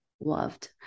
loved